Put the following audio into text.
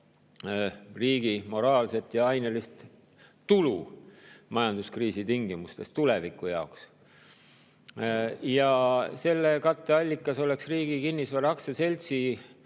riigi moraalset ja ainelist tulu majanduskriisi tingimustes tuleviku jaoks. Ja selle katteallikas oleks Riigi Kinnisvara Aktsiaseltsi,